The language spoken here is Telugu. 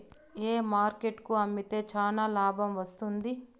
ఏ మార్కెట్ కు అమ్మితే చానా లాభం వస్తుంది?